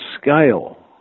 scale